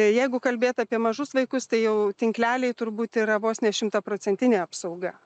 jeigu kalbėt apie mažus vaikus tai jau tinkleliai turbūt yra vos ne šimtaprocentinė apsauga